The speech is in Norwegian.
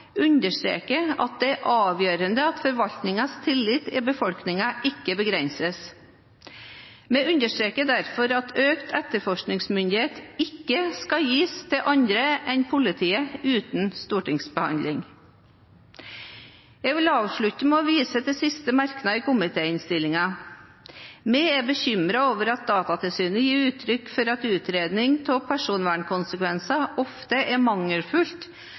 understreker at det er avgjørende at forvaltningens tillit i befolkningen ikke begrenses. Vi understreker derfor at økt etterforskningsmyndighet ikke skal gis til andre enn politiet uten stortingsbehandling. Jeg vil avslutte med å vise til den siste merknaden i komitéinnstillingen. Vi er bekymret over at Datatilsynet gir uttrykk for at utredninger av personvernkonsekvenser ofte er